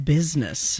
Business